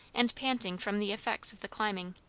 and panting from the effects of the climbing.